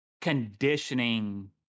conditioning